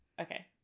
Okay